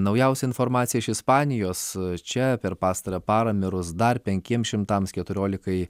naujausia informacija iš ispanijos čia per pastarąją parą mirus dar penkiems šimtams keturiolikai